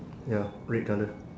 ya red colour